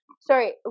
Sorry